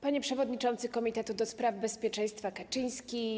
Panie Przewodniczący Komitetu ds. Bezpieczeństwa Kaczyński!